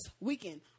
weekend